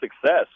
success